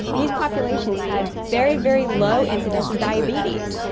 these populations had very, very low incidence of diabetes,